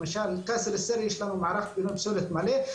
למשל בקסר א-סיר יש לנו מערך פינוי פסולת מלא,